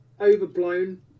overblown